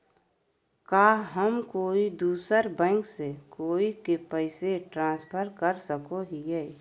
का हम कोई दूसर बैंक से कोई के पैसे ट्रांसफर कर सको हियै?